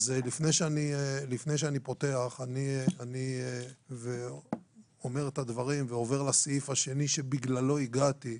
אני אומר את הדברים ועובר לסעיף השני שבגללו הגעתי.